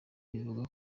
bivugwa